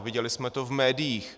Viděli jsme to v médiích.